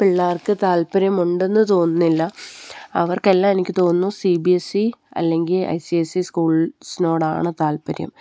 പിള്ളേർക്ക് താല്പര്യമുണ്ടെന്ന് തോന്നുന്നില്ല അവർക്കെല്ലാം എനിക്ക് തോന്നുന്നു സി ബി എസ് ഇ അല്ലെങ്കില് ഐ സി എസ് ഇ സ്കൂൾസിനോടാണ് താല്പര്യം